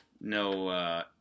No